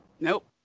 Nope